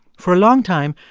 for a long time,